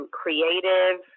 creative